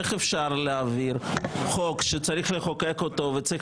איך אפשר להעביר חוק שצריך לחוקק אותו וצריך